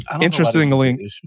Interestingly